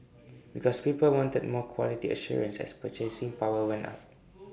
because people wanted more quality assurance as purchasing power went up